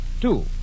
Two